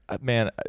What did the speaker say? man